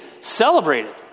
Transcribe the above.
celebrated